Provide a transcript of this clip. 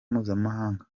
mpuzamahanga